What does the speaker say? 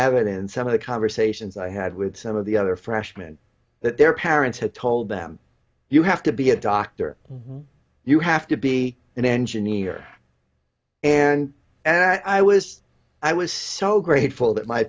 evident in some of the conversations i had with some of the other freshman that their parents had told them you have to be a doctor you have to be an engineer and i was i was so grateful that my